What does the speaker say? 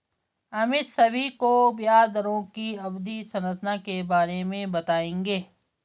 अमित सभी को ब्याज दरों की अवधि संरचना के बारे में बताएंगे